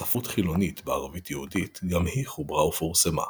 ספרות חילונית בערבית-יהודית גם היא חוברה ופורסמה,